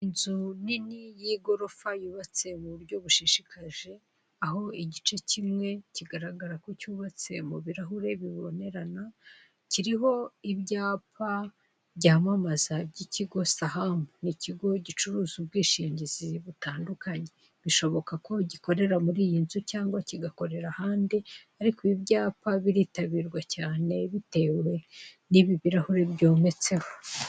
Inzu nini y'igorofa, yubatse mu buryo bushishikaje, aho igice kimwe kugaragara ko cyubatse mu birahure bibonerana, kiriho ibyapa byamamaza, by'ikigo Saham. Ni ikigo gicuruza ubwishingizi butandukanye. Bishoboka ko gikorara muri iyi nzu cyangwa kigakorera ahandi, ariko ibi byapa biritabirwa cyane bitewe n'ibi birahure byometseho.